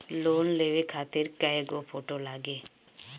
Loan लेवे खातिर कै गो फोटो लागी?